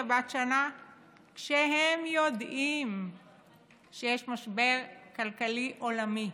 בת שנה כשהם יודעים שיש משבר כלכלי עולמי,